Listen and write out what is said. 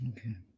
Okay